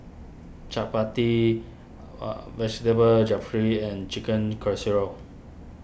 Chaat Papri Vegetable Jeffry and Chicken Casserole